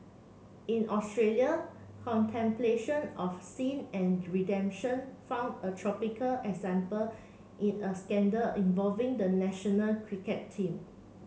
in Australia contemplation of sin and redemption found a tropical example in a scandal involving the national cricket team